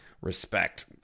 respect